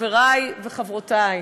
חברי וחברותי,